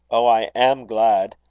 oh, i am glad.